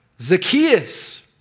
Zacchaeus